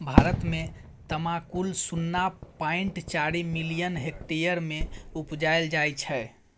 भारत मे तमाकुल शुन्ना पॉइंट चारि मिलियन हेक्टेयर मे उपजाएल जाइ छै